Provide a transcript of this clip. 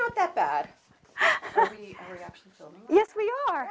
not that bad yes we are